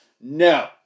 no